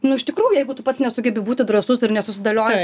nu iš tikrųjų jeigu tu pats nesugebi būti drąsus ir nesusidėlioji